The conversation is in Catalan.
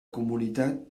comunitat